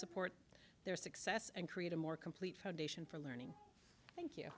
support their success and create a more complete foundation for learning thank you